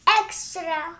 extra